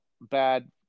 bad